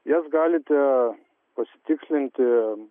jas galite pasitikrinti